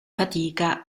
fatica